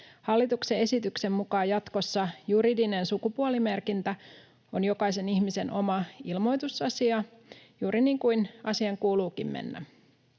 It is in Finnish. Hallituksen esityksen mukaan jatkossa juridinen sukupuolimerkintä on jokaisen ihmisen oma ilmoitusasia, juuri niin kuin asian kuuluukin mennä.